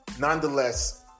nonetheless